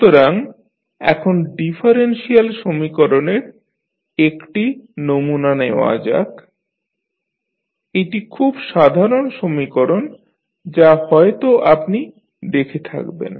সুতরাং এখন ডিফারেনশিয়াল সমীকরণের একটি নমুনা নেওয়া যাক এটি খুব সাধারণ সমীকরণ যা আপনি হয়ত দেখে থাকবেন